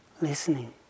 listening